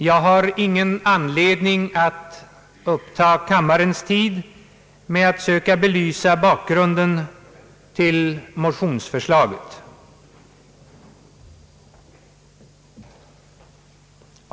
Jag har inte anledning att upptaga kammarens tid med att söka belysa bakgrunden till motionsförslaget.